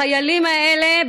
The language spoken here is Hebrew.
החיילים האלה,